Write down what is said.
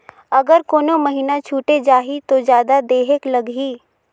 अगर कोनो महीना छुटे जाही तो जादा देहेक लगही?